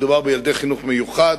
מדובר בילדי חינוך מיוחד,